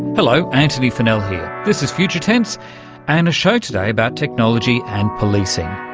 hello, antony funnell here, this is future tense and a show today about technology and policing.